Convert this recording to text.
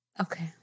Okay